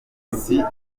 serivi